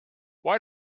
why